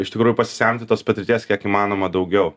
iš tikrųjų pasisemti tos patirties kiek įmanoma daugiau